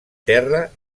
terra